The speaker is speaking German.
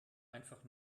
einfach